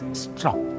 strong